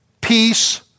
peace